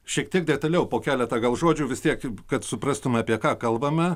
šiek tiek detaliau po keletą gal žodžių vis tiek kad suprastume apie ką kalbame